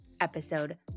episode